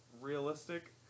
realistic